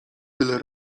tyle